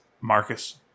Marcus